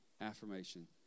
affirmation